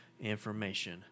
information